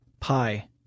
Pi